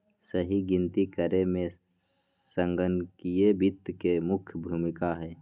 सही गिनती करे मे संगणकीय वित्त के मुख्य भूमिका हय